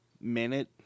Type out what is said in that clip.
minute